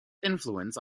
influence